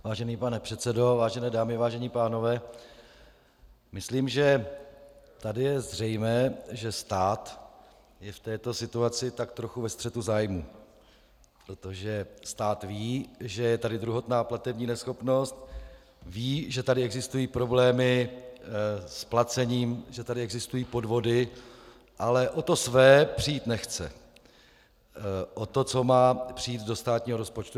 Vážený pane předsedo, vážené dámy, vážení pánové, myslím, že tady je zřejmé, že stát je v této situaci tak trochu ve střetu zájmů, protože stát ví, že je tady druhotná platební neschopnost, ví, že tady existují problémy s placením, že tady existují podvody, ale o to své přijít nechce, o to, co má přijít do státního rozpočtu.